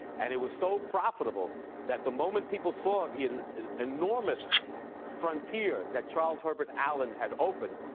and it was so profitable that the moment people saw the and and enormous frontier that charles herbert allen had opened,